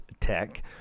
tech